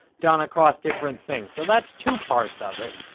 done across different things. so, that's two parts of it.